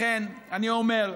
לכן אני אומר,